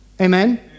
Amen